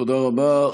תודה רבה.